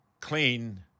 clean